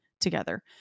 together